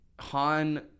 Han